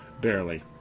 barely